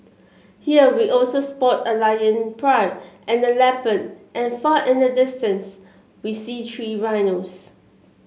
here we also spot a lion pride and a leopard and far in the distance we see three rhinos